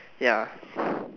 ya